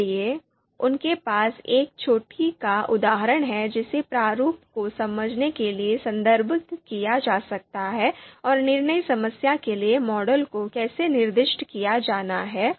इसलिए उनके पास एक छुट्टी का उदाहरण है जिसे प्रारूप को समझने के लिए संदर्भित किया जा सकता है और निर्णय समस्या के लिए मॉडल को कैसे निर्दिष्ट किया जाना है